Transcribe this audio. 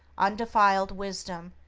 undefiled wisdom,